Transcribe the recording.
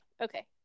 Okay